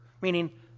meaning